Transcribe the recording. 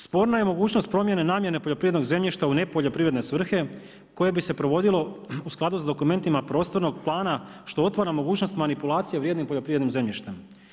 Sporna je mogućnost promjene namjene poljoprivrednog zemljišta u ne poljoprivredne svrhe koje bi se provodilo u skladu s dokumentima prostornog plana što otvara mogućnost manipulacije vrijednim poljoprivrednim zemljištem.